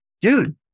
Dude